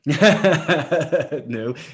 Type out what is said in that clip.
No